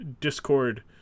Discord